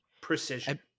Precision